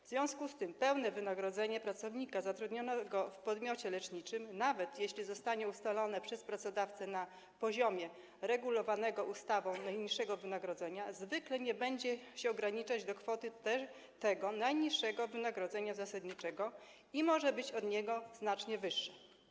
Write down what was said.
W związku z tym pełne wynagrodzenie pracownika zatrudnionego w podmiocie leczniczym, nawet jeśli zostanie ustalone przez pracodawcę na poziomie regulowanego ustawą najniższego wynagrodzenia, zwykle nie będzie się ograniczać do kwoty tego najniższego wynagrodzenia zasadniczego i może być od niego znacznie wyższe.